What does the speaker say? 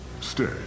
stay